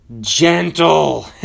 gentle